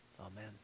Amen